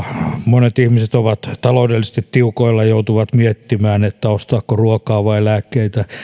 monet ihmiset ovat taloudellisesti tiukoilla ja joutuvat miettimään ostaako ruokaa vai lääkkeitä